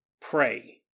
Pray